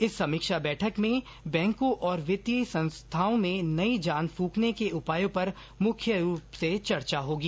इस समीक्षा बैठक में बैंकों और वित्तीय संस्थाओं में नई जान फूंकने के उपायों पर मुख्य रूप से चर्चा होगी